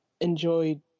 enjoyed